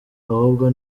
ahubwo